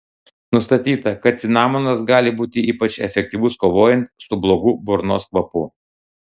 nustatyta kad cinamonas gali būti ypač efektyvus kovojant su blogu burnos kvapu